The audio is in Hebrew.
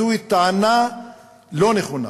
זוהי טענה לא נכונה,